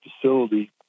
facility